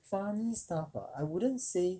funny stuff ah I wouldn't say